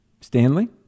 Stanley